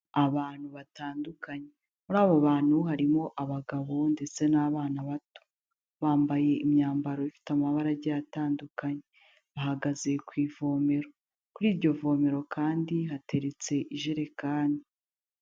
Abantu batandukanye, muri abo bantu harimo abagabo ndetse n'abana bato, bambaye imyambaro ifite amabara agiye atandukanye, bahagaze ku ivomero, kuri iryo vomero kandi hateretse ijerekani.